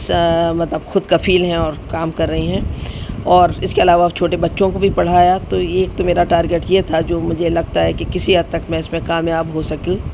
مطلب خود کفیل ہیں اور کام کر رہی ہیں اور اس کے علاوہ چھوٹے بچوں کو بھی پڑھایا تو یہ ایک تو میرا ٹارگیٹ یہ تھا جو مجھے لگتا ہے کہ کسی حد تک میں اس میں کامیاب ہو سکی ہوں